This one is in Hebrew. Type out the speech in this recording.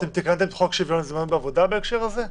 אתם תתקנו את חוק שוויון הזדמנויות בהקשר הזה?